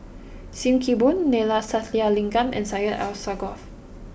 Sim Kee Boon Neila Sathyalingam and Syed Alsagoff